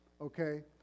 Okay